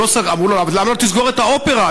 אמרו לו: אבל למה לא תסגור את האופרה,